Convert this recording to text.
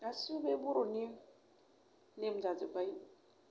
गासिबो बे बर'नि नेम जाजोबबाय